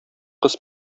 кыз